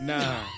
Nah